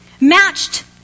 matched